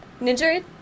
Ninja